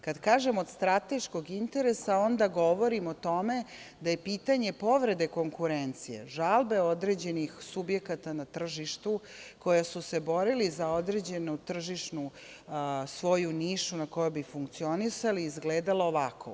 Kad kažem od strateškog interesa, onda govorim o tome da je pitanje povrede konkurencije, žalbe određenih subjekata na tržištu koji su se borili za određenu tržišnu svoju nišu na kojoj bi funkcionisali, izgledalo ovako.